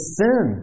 sin